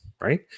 right